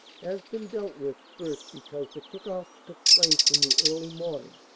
has been dealt with first because the kick-off took place in the early morning,